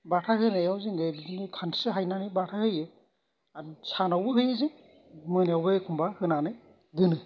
बाथा होनायाव जोङो बिदिनो खानस्रि हायनानै बाथा होयो आरो सानावबो होयो जों मोनायावबो एखमबा होनानै दोनो